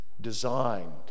designed